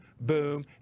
boom